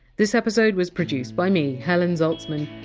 this episode was produced by me, helen zaltzman.